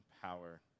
power